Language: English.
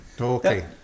Okay